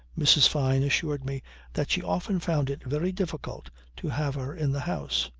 mrs. fyne assured me that she often found it very difficult to have her in the house.